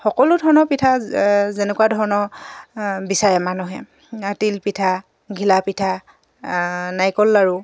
সকলো ধৰণৰ পিঠা যেনেকুৱা ধৰণৰ বিচাৰে মানুহে তিলপিঠা ঘিলাপিঠা নাৰিকল লাড়ু